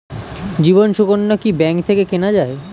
জীবন সুকন্যা কি ব্যাংক থেকে কেনা যায়?